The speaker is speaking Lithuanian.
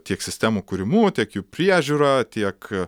tiek sistemų kūrimu tiek jų priežiūra tiek